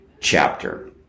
chapter